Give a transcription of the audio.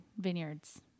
vineyards